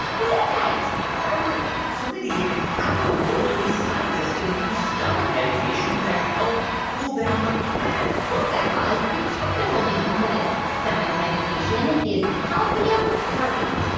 gesundheit pardon so mindy, ah how in the world are these scientists going to use stomach medication to help cool down the planet? well, guy raz, the technical name for this stomach medication is calcium carbonate,